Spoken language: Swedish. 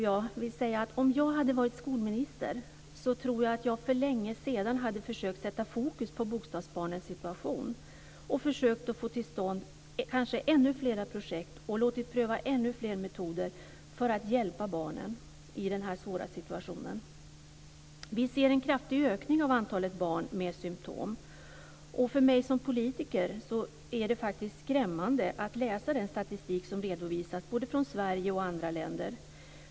Jag vill säga att om jag hade varit skolminister tror jag att jag för längesedan hade försökt att sätta fokus på bokstavsbarnens situation och kanske få till stånd ännu fler projekt och pröva ännu fler metoder för att hjälpa barnen i den här svåra situationen. Vi ser en kraftig ökning av antalet barn med symtom. För mig som politiker är det faktiskt skrämmande att läsa den statistik som redovisas både från Sverige och från andra länder.